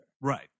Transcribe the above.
Right